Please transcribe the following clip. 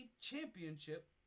championship